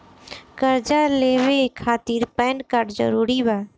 कर्जा लेवे खातिर पैन कार्ड जरूरी बा?